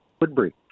Woodbury